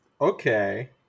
Okay